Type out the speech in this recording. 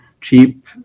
cheap